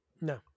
no